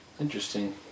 Interesting